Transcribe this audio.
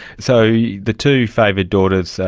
so the two favoured daughters,